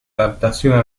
adaptación